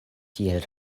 tiel